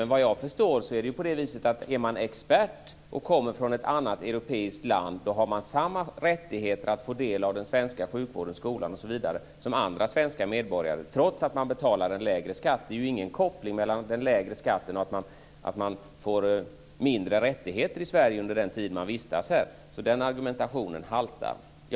Men vad jag förstår är det så att om man är expert och kommer från ett annat europeiskt land så har man samma rättigheter att få del av den svenska sjukvården, skolan osv. som svenska medborgare trots att man betalar en lägre skatt. Det finns ju ingen koppling mellan den lägre skatten och att man får mindre rättigheter i Sverige under den tid man vistas här. Den argumentationen haltar alltså.